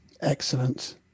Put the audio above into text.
Excellent